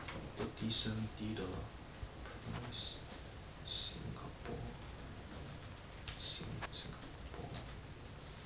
but sixteen sixties are mid range they don't really get hit by any am top ah mid top not top range ah high range whatever you call it